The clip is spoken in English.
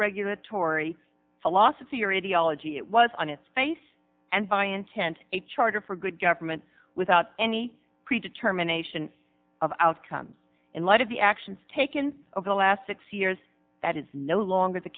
regulatory philosophy or ideology it was on its face and by intent a charter for good government without any pre determination of outcomes in light of the actions taken over the last six years that is no longer the